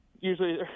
Usually